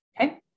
Okay